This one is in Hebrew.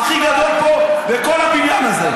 אז לכן אני חושב שאתה המושחת הכי גדול פה בכל הבניין הזה.